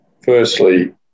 firstly